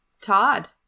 Todd